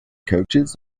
coaches